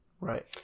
Right